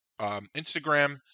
Instagram